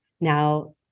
Now